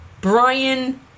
Brian